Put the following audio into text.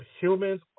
humans